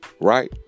Right